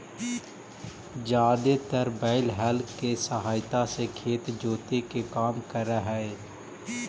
जादेतर बैल हल केसहायता से खेत जोते के काम कर हई